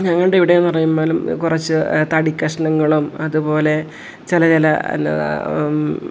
ഞങ്ങളുടെ ഇവിടേന്ന് പറയുമ്പളും കുറച്ച് തടി കഷ്ണങ്ങളും അത്പോലെ ചില ചില